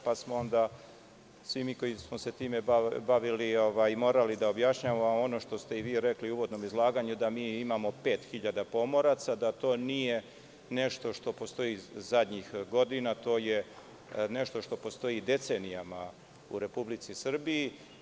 Onda smo svi mi koji smo se time bavili morali da objašnjavamo ono što ste i vi rekli u uvodnom izlaganju, da imamo 5.000 pomoraca, da to nije nešto što postoje zadnjih godina, već da je to nešto što postoji decenijama u Republici Srbiji.